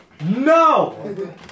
No